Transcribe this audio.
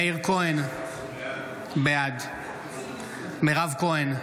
מאיר כהן, בעד מירב כהן,